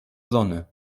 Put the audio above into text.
sonne